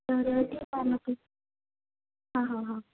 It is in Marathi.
तर ठीक आहे मग हा हा हा